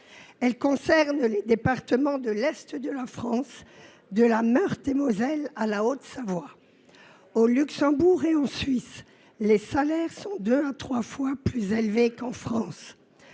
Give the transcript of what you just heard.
particulier dans les départements de l’est de la France, de la Meurthe et Moselle à la Haute Savoie. Au Luxembourg et en Suisse, les salaires sont deux à trois fois plus élevés qu’en France.